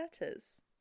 letters